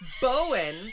Bowen